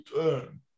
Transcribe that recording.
turn